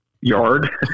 yard